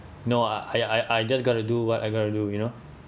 no I I I just gonna to do what I gonna to do you know